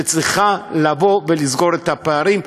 היא צריכה לבוא ולסגור את הפערים.